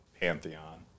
pantheon